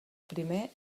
primer